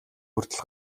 хүртэл